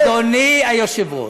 אדוני היושב-ראש,